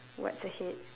what's ahead